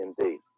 indeed